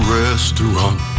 restaurant